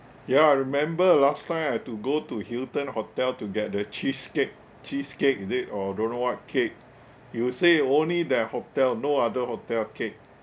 ya I remember last time I have to go to Hilton hotel to get the cheesecake cheesecake is it or don't know what cake you say only that hotel no other hotel cake